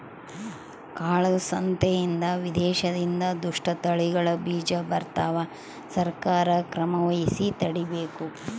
ಕಾಳ ಸಂತೆಯಿಂದ ವಿದೇಶದಿಂದ ದುಷ್ಟ ತಳಿಗಳ ಬೀಜ ಬರ್ತವ ಸರ್ಕಾರ ಕ್ರಮವಹಿಸಿ ತಡೀಬೇಕು